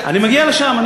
אני מגיע לשם.